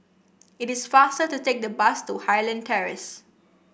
it is faster to take the bus to Highland Terrace